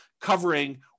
covering